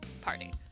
party